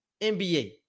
NBA